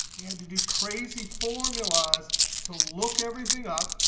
we had to do crazy formulas to look everything up,